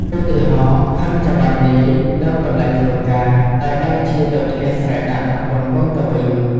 ឧទាហរណ៍ ខឹងចៅហ្វាយនាយនៅកន្លែងធ្វើការ តែបែរជាទៅផ្ទះស្រែកដាក់ប្រពន្ធកូនទៅវិញ។